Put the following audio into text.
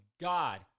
god